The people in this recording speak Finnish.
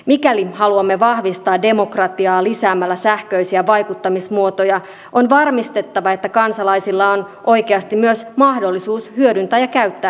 mikäli haluamme vahvistaa demokratiaa lisäämällä sähköisiä vaikuttamismuotoja on varmistettava että kansalaisilla on oikeasti myös mahdollisuus hyödyntää ja käyttää näitä palveluja